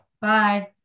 Bye